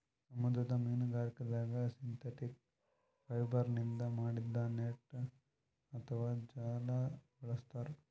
ಸಮುದ್ರ ಮೀನ್ಗಾರಿಕೆದಾಗ್ ಸಿಂಥೆಟಿಕ್ ಫೈಬರ್ನಿಂದ್ ಮಾಡಿದ್ದ್ ನೆಟ್ಟ್ ಅಥವಾ ಜಾಲ ಬಳಸ್ತಾರ್